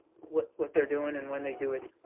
what what they're doing and when they do it.